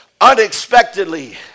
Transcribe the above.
unexpectedly